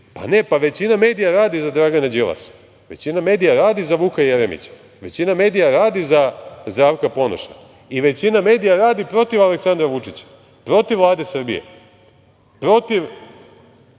Pa, ne, većina medija radi za Dragana Đilasa, većina medija radi za Vuka Jeremića, većina medija radi za Zdravka Ponoša i većina medija radi protiv Aleksandra Vučića, protiv Vlade Srbije, protiv